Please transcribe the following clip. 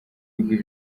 bigwi